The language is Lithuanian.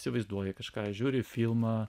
įsivaizduoji kažką žiūri filmą